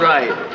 Right